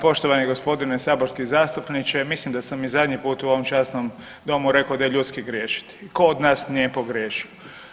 Poštovani g. saborski zastupniče, ja mislim da sam i zadnji put u ovom časnom domu rekao da je ljudski griješiti, tko od nas nije pogriješio?